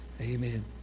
Amen